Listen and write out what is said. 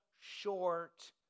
short